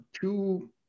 two